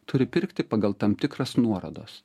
turi pirkti pagal tam tikras nuorodas